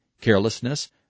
carelessness